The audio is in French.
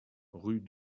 rue